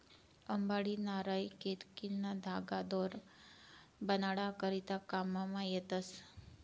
अंबाडी, नारय, केतकीना तागा दोर बनाडा करता काममा येतस